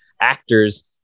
actors